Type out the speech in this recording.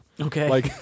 Okay